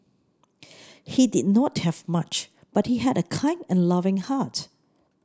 he did not have much but he had a kind and loving heart